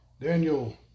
Daniel